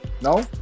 No